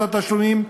התשלומים,